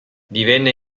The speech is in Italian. divenne